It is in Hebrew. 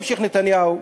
ממשיך נתניהו,